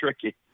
tricky